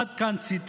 עד כאן הציטוט.